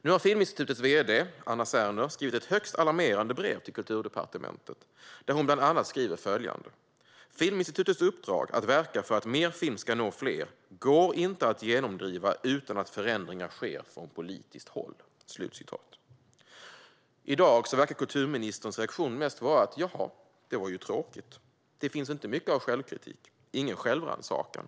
Nu har Filminstitutets vd Anna Serner skrivit ett högst alarmerande brev till Kulturdepartementet där hon bland annat skriver följande: Filminstitutets uppdrag att verka för att mer film ska nå fler går inte att genomdriva utan att förändringar sker från politiskt håll. I dag verkar kulturministerns reaktion mest vara: Jaha, det var ju tråkigt! Det finns inte mycket av självkritik och ingen självrannsakan.